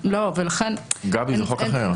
זה חוק אחר.